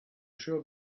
sure